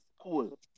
cool